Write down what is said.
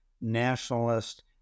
nationalist